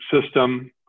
system